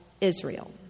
Israel